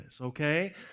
okay